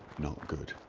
not good